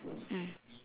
mm